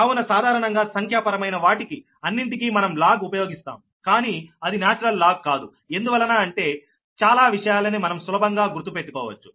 కావున సాధారణంగా సంఖ్యాపరమైన వాటికి అన్నింటికీ మనం లాగ్ ఉపయోగిస్తాం కానీ అది నాచురల్ లాగ్ కాదు ఎందువలన అంటే చాలా విషయాలని మనం సులభంగా గుర్తు పెట్టుకోవచ్చు